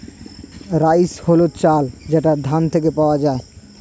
rice হল চাল যেটা ধান থেকে পাওয়া যায়